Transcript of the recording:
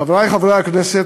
חברי חברי הכנסת,